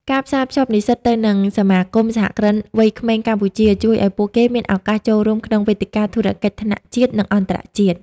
ការផ្សារភ្ជាប់និស្សិតទៅនឹង សមាគមសហគ្រិនវ័យក្មេងកម្ពុជា ជួយឱ្យពួកគេមានឱកាសចូលរួមក្នុងវេទិកាធុរកិច្ចថ្នាក់ជាតិ និងអន្តរជាតិ។